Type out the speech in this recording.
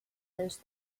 those